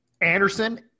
Anderson